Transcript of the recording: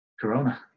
Corona